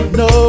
no